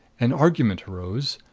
an argument arose.